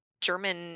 German